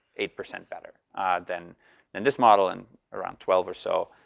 eight percent better than and this model, and around twelve or so